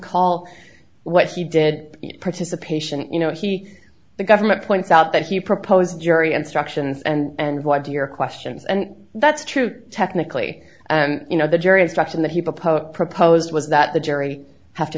call what he did participation you know he the government points out that he proposed jury instructions and what to your questions and that's true technically you know the jury instruction that he proposed proposed was that the jury have to